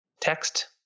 text